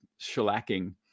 shellacking